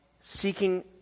seeking